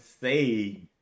say